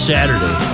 Saturday